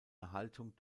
erhaltung